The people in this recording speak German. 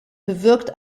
bewirkt